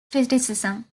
criticism